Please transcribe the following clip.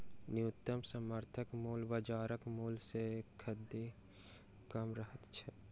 न्यूनतम समर्थन मूल्य बाजारक मूल्य सॅ सदिखन कम रहैत छै